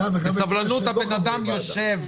בסבלנות הבן אדם יושב,